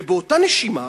ובאותה נשימה,